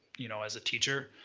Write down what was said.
you know, as a teacher.